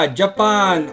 Japan